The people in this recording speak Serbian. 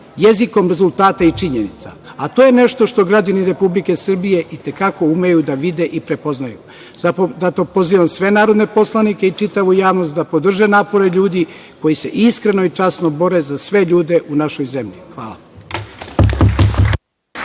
jezikom rezultata i činjenica. To je nešto što građani Republike Srbije i te kako umeju da vide i prepoznaju. Zato pozivam sve narodne poslanike i čitavu javnost da podrže napore ljudi koji se iskreno i časno bore za sve ljude u našoj zemlji. Hvala.